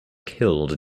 killed